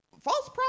false